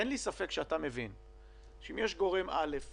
אין לי ספק שאתה מבין שיש גורם א'